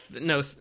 No